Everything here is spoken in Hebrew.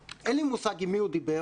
אין לי מושג עם מי הוא דיבר.